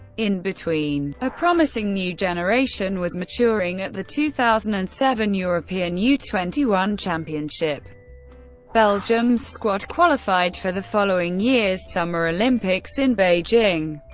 in between, a promising new generation was maturing at the two thousand and seven european u twenty one championship belgium's squad qualified for the following year's summer olympics in beijing,